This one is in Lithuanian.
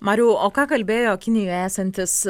mariau o ką kalbėjo kinijoje esantis